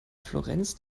florenz